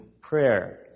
prayer